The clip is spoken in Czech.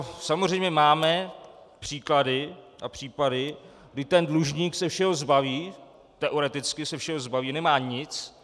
Samozřejmě máme příklady a případy, kdy ten dlužník se všeho zbaví, teoreticky se všeho zbaví, nemá nic.